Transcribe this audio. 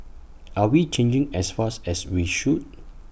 are we changing as fast as we should